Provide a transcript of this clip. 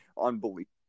Unbelievable